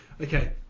Okay